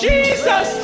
Jesus